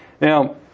Now